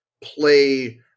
play